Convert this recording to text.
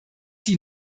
die